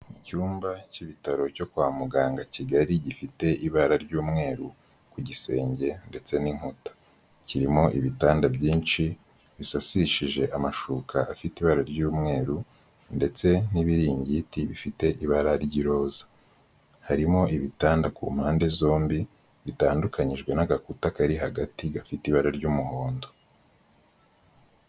Icyumba k'ibitaro cyo kwa muganga kigali gifite ibara ry'umweru ku gisenge ndetse n'inkuta, kirimo ibitanda byinshi bisasishije amashuka afite ibara ry'umweru ndetse n'ibiringiti bifite ibara ry'iroza, harimo ibitanda ku mpande zombi, bitandukanyijwe n'agakuta kari hagati gafite ibara ry'umuhondo.